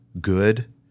good